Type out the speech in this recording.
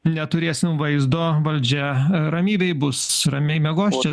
neturėsime vaizdo valdžia ramybėj bus ramiai miegos čia